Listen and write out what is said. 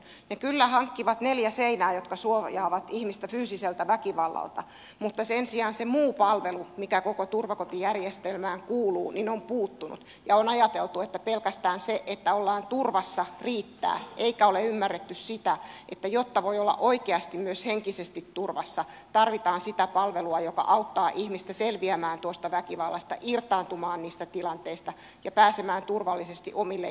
ne kyllä hankkivat neljä seinää jotka suojaavat ihmistä fyysiseltä väkivallalta mutta sen sijaan se muu palvelu mitä koko turvakotijärjestelmään kuuluu on puuttunut ja on ajateltu että pelkästään se että ollaan turvassa riittää eikä ole ymmärretty sitä että jotta voi olla oikeasti myös henkisesti turvassa tarvitaan sitä palvelua joka auttaa ihmistä selviämään tuosta väkivallasta irtaantumaan niistä tilanteista ja pääsemään turvallisesti omille jaloilleen